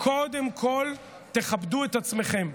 קודם כול תכבדו את עצמכם.